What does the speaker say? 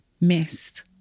missed